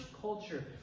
culture